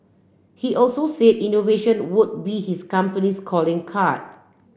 he also said innovation would be his company's calling card